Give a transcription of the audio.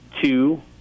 Two